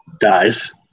dies